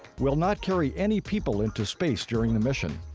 will not carry any people into space during the mission.